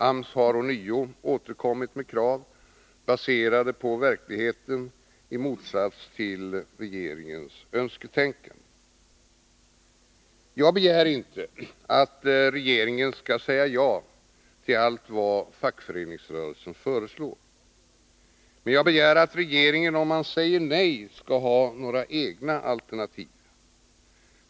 AMS har ånyo återkommit med krav, baserade på verkligheten, i motsats till regeringens önsketänkande. Jag begär inte att regeringen skall säga ja till allt vad fackföreningsrörelsen föreslår. Men jag begär att regeringen, om den säger nej, skall ha några egna alternativ.